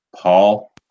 Paul